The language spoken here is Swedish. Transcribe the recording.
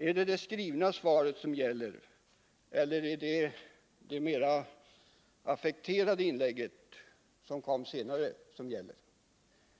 Är det det skrivna svaret som gäller eller är det det mera affekterade inlägget som kom senare som gäller?